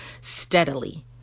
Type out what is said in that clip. steadily